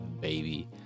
baby